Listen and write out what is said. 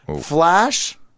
Flash